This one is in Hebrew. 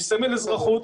יש סמל אזרחות.